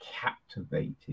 captivated